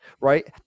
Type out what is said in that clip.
Right